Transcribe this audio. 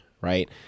right